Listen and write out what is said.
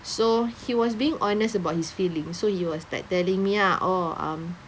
so he was being honest about his feelings so he was like telling me ah oh um